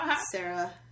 Sarah